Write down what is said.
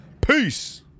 Peace